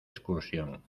excursión